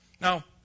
Now